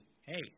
hey